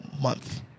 month